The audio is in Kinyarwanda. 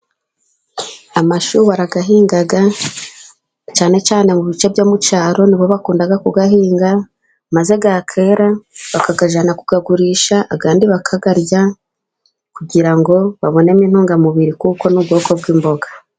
Amashu barayahinga. Cyane cyane mu bice byo mu cyaro, ni bo bakunda kuyahinga, maze yakwera, bakayajyana kuyagurisha. Andi bakayarya kugira ngo babonemo intungamubiri kuko n'ubwoko bw'imboga.